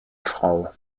frau